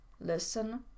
listen